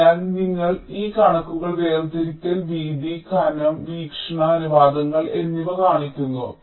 അതിനാൽ ഞങ്ങൾ ഈ കണക്കുകൾ വേർതിരിക്കൽ വീതി കനം വീക്ഷണ അനുപാതങ്ങൾ എന്നിവ കാണിക്കുന്നു